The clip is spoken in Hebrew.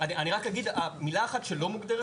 ואני רק אגיד: מילה אחת שלא מוגדרת,